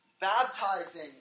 baptizing